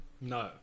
No